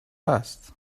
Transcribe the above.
است